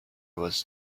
was